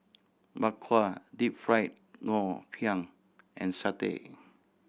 Bak Kwa Deep Fried Ngoh Hiang and satay